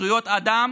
זכויות אדם